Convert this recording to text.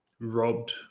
robbed